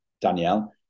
Danielle